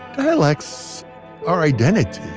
dialects are identity.